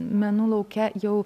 menų lauke jau